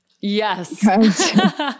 Yes